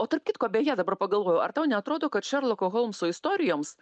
o tarp kitko beje dabar pagalvojau ar tau neatrodo kad šerloko holmso istorijoms